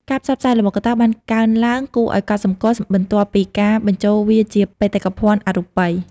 ការផ្សព្វផ្សាយល្បុក្កតោបានកើនឡើងគួរឱ្យកត់សម្គាល់បន្ទាប់ពីការបញ្ចូលវាជា បេតិកភណ្ឌអរូបី។